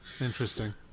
interesting